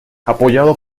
apoyado